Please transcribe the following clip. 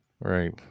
Right